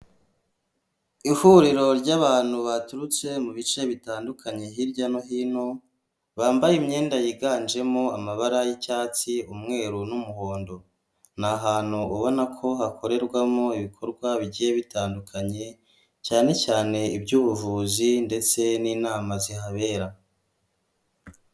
Ihuriro ry'abantu baturutse mu bice bitandukanye hirya no hino, bambaye imyenda yiganjemo amabara y'icyatsi, umweru n'umuhondo. ni ahantu ubona ko hakorerwamo ibikorwa bigiye bitandukanye, cyane cyane iby'ubuvuzi ndetse n'inama zihabera.